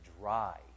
dry